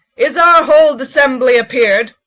is our whole dissembly appeared?